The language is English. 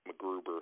McGruber